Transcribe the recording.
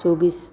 চৌব্বিছ